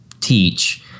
teach